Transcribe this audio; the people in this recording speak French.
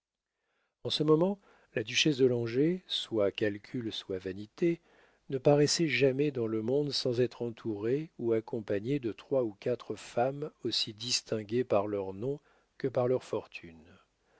en ce moment la duchesse de langeais soit calcul soit vanité ne paraissait jamais dans le monde sans être entourée ou accompagnée de trois ou quatre femmes aussi distinguées par leur nom que par leur fortune